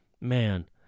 Man